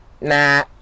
Nah